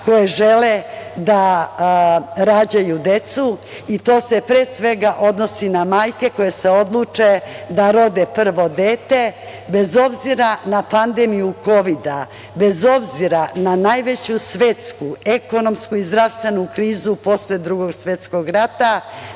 koje žele da rađaju decu i to se, pre svega, odnosi na majke koje se odluče da rode prvo dete, bez obzira na pandemiju Kovida, bez obzira na najveću svetsku ekonomsku i zdravstvenu krizu posle Drugog svetskog